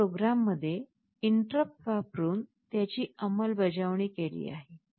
आपण प्रोग्राममध्ये इंटरप्ट वापरून त्याची अंमलबजावणी केली आहे